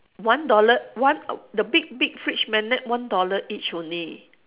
one dollar one uh the big big fridge magnet one dollar each only